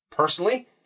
Personally